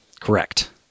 Correct